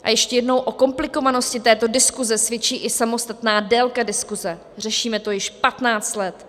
A ještě jednou o komplikovanosti této diskuze svědčí i samostatná délka diskuze, řešíme to již patnáct let.